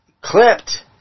clipped